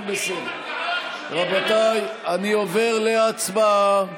חברת הכנסת איילת שקד, מבקשת להצביע?